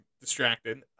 distracted